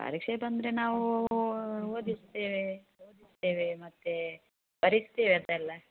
ಪರೀಕ್ಷೆ ಬಂದರೆ ನಾವು ಓದಿಸ್ತೇವೆ ಮತ್ತೆ ಬರೆಸ್ತೇವೆ ಅದೆಲ್ಲ